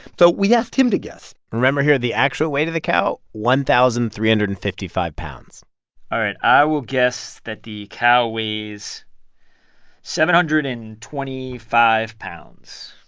so we asked him to guess remember here, the actual weight of the cow one thousand three hundred and fifty five pounds all right. i will guess that the cow weighs seven hundred and twenty five pounds